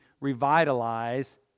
revitalize